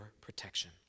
protection